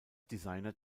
designer